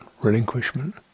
relinquishment